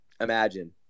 Imagine